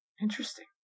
Interesting